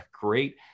great